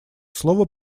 слово